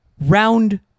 round